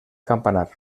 campanar